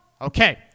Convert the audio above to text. Okay